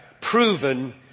proven